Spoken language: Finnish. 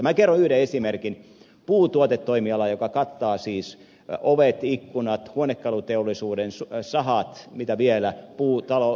minä kerron yhden esimerkin puutuotetoimialalta joka kattaa siis ovet ikkunat huonekaluteollisuuden sahat mitä vielä puutalorakentamisen